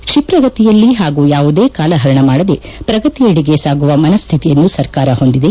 ಕ್ಷಿಪ್ರಗತಿಯಲ್ಲಿ ಹಾಗೂ ಯಾವುದೇ ಕಾಲಪರಣ ಮಾಡದೇ ಪ್ರಗತಿಯಿಡೆಗೆ ಸಾಗುವ ಮನಃಶ್ಠಿತಿಯನ್ನು ಸರ್ಕಾರ ಹೊಂದಿದೆ